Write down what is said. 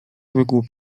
wygłu